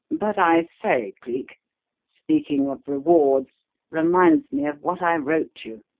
but i say, cleek speaking of rewards reminds me of what i wrote you.